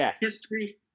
history